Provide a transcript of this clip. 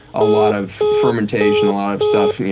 a lot of fermentation, a lot of stuff. yeah